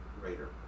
raider